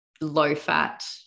low-fat